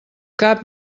cap